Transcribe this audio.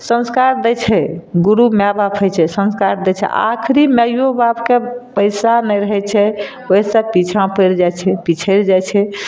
संस्कार दै छै गुरु मैआ बाप होइ छै संस्कार दै छै आखरी मायो बापके पैसा नहि रहय छै ओहि से पीछाँ पड़ि जाइ छै पिछड़ि जाइ छै